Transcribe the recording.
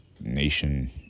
nation